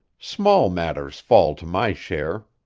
small matters fall to my share.